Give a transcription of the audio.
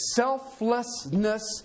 selflessness